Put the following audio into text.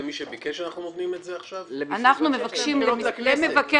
אנחנו נותנים את זה עכשיו רק למי שביקש?